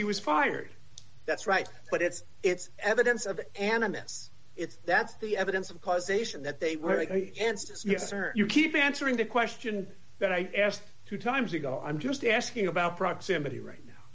he was fired that's right but it's it's evidence of animists it's that's the evidence of causation that they were i answered as you keep answering the question that i asked two times ago i'm just asking about proximity right now